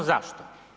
Zašto?